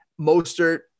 Mostert